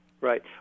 right